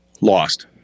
Lost